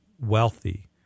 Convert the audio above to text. wealthy